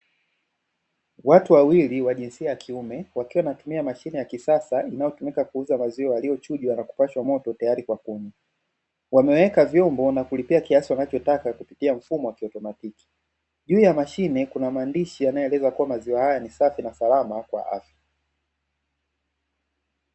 Watu wawili wa jinsia ya kiume wakiwa wanatumia mashine ya kisasa inayotumika kuuza maziwa, yaliochujwa wanakupashwa moto tayari kwa kunywa wameweka vyombo na kulipia kiasi wanachotaka kupitia mfumo wa kiautomatiki. Juu ya mashine kuna maandishi yanayoeleza kuwa maziwa haya ni safi na salama kwa afya.